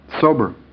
Sober